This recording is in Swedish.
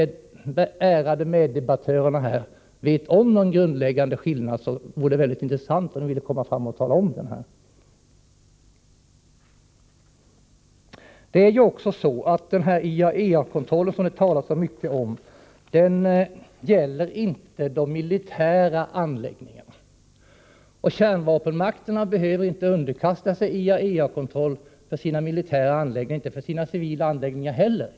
Om de ärade meddebattörerna här känner till någon sådan skillnad vore det intressant om de ville tala om det. IAEA:s kontroll, som det talas så mycket om, gäller inte de militära anläggningarna. Kärnvapenmakterna behöver inte underkasta sig IAEA kontroll av vare sig sina militära eller sina civila anläggningar.